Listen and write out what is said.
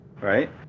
right